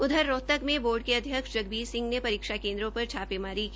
उधर रोहतक में बोर्ड के अध्यक्ष जगबीर सिंह ने परीक्षा केन्द्रों पर छापेमारी की